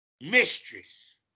mistress